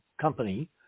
company